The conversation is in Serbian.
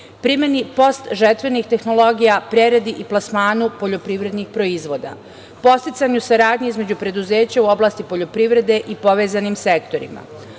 primena postžetvenih tehnologija, prerada i plasman poljoprivrednih proizvoda, podsticaj saradnje između preduzeća u oblasti poljoprivrede i povezanim sektorima,